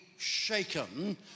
shaken